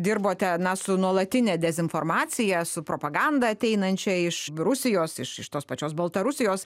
dirbote na su nuolatine dezinformacija su propaganda ateinančia iš rusijos iš iš tos pačios baltarusijos